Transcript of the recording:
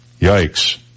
yikes